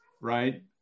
right